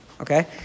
Okay